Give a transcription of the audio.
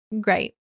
great